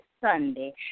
Sunday